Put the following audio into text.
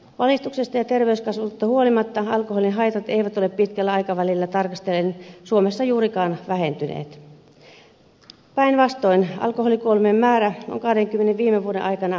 valistuksesta ja terveyskasvatuksesta huolimatta alkoholin haitat eivät ole pitkällä aikavälillä tarkastellen suomessa juurikaan vähentyneet päinvastoin alkoholikuolemien määrä on kahdenkymmenen viime vuoden aikana kaksinkertaistunut